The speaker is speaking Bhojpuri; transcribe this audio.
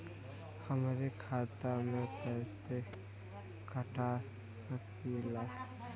हमरे खाता में से पैसा कटा सकी ला?